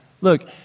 Look